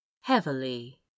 heavily